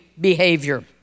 behavior